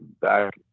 back